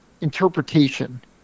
interpretation